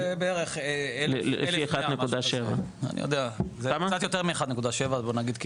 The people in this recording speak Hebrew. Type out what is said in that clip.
לפי 1.7. זה קצת יותר מ-1.7, בוא נגיד.